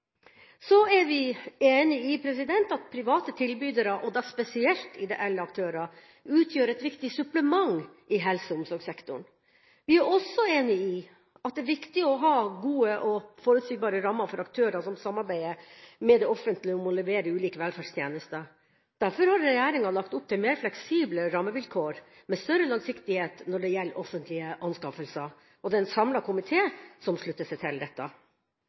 Så er vi enig i at private tilbydere, og da spesielt ideelle aktører, utgjør et viktig supplement i helse- og omsorgssektoren. Vi er også enig i at det er viktig å ha gode og forutsigbare rammer for aktører som samarbeider med det offentlige om å levere ulike velferdstjenester. Derfor har regjeringa lagt opp til mer fleksible rammevilkår med større langsiktighet når det gjelder offentlige anskaffelser. En samlet komité slutter seg til dette.